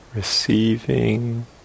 receiving